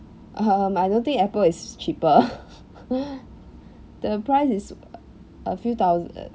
um I don't think apple is cheaper the price is a few thou~